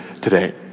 today